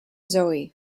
zoe